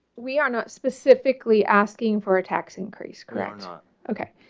we are not specifically asking for a tax increase. kratz okay.